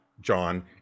john